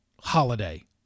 holiday